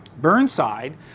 Burnside